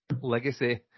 legacy